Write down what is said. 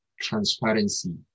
transparency